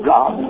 God